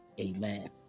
Amen